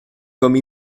comme